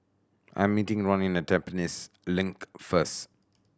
I am meeting Ronin at Tampines Link first